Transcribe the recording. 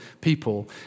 people